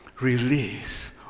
release